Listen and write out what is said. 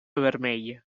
vermella